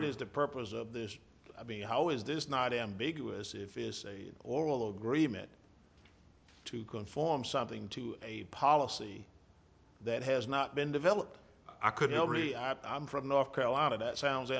what is the purpose of this i mean how is this not ambiguous if is a oral agreement to conform something to a policy that has not been developed i couldn't really add i'm from north carolina that sounds